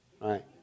right